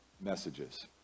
messages